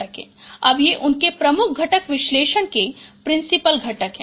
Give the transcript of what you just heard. अब ये उनके प्रमुख घटक विश्लेषण के प्रिंसिपल घटक हैं